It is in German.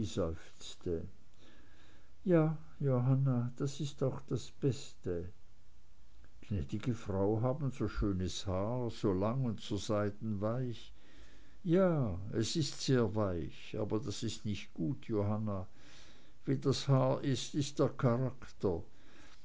ja johanna das ist auch das beste gnäd'ge frau haben so schönes haar so lang und so seidenweich ja es ist sehr weich aber das ist nicht gut johanna wie das haar ist ist der charakter